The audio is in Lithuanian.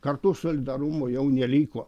kartų solidarumo jau neliko